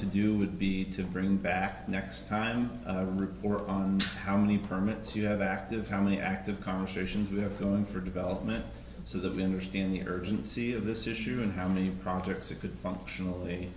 to do would be to bring back next time a report on how many permits you have active how many active conversations we have going for development so the understand the urgency of this issue and how many projects it could functionally